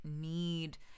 need